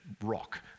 rock